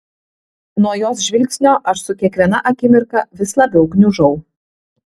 nuo jos žvilgsnio aš su kiekviena akimirka vis labiau gniužau